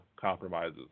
compromises